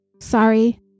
Sorry